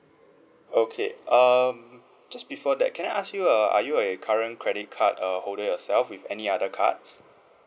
okay um just before that can I ask you err are you a current credit card uh holder yourself with any other cards